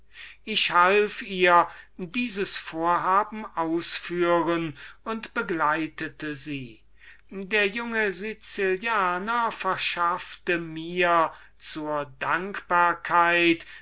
ich half ihr dieses vorhaben auszuführen und begleitete sie der junge sicilianer verschaffte mir zur dankbarkeit